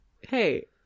hey